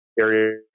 area